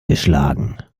geschlagen